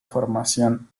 formación